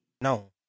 No